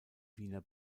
wiener